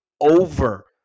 over